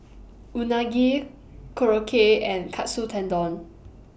Unagi Korokke and Katsu Tendon